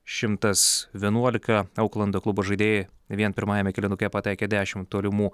šimtas vienuolika auklando klubo žaidėjai vien pirmajame kėlinuke pataikė dešim tolimų